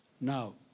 Now